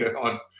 on